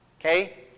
Okay